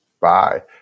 Bye